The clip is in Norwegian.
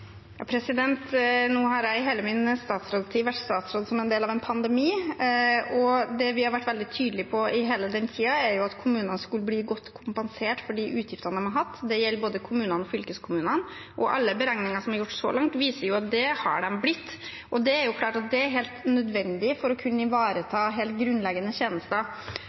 som del av en pandemi, og det vi har vært veldig tydelige på i hele den tiden, er at kommunene skulle bli godt kompensert for de utgiftene de har hatt. Det gjelder både kommunene og fylkeskommunene, og alle beregninger som er gjort så langt, viser at det har de blitt. Det er klart at det er helt nødvendig for å kunne ivareta helt grunnleggende tjenester,